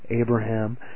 Abraham